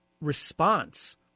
response